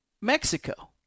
Mexico